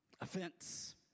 Offense